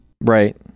right